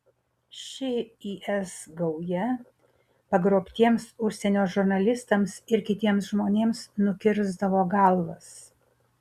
ši is gauja pagrobtiems užsienio žurnalistams ir kitiems žmonėms nukirsdavo galvas